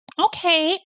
okay